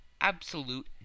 absolute